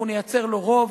אנחנו נייצר לו רוב,